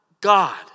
God